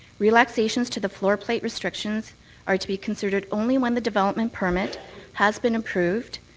relaxations to the floor plate restrictions are to be considered only when the development permit has been approved,